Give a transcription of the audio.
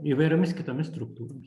įvairiomis kitomis struktūromis